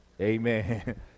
Amen